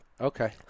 Okay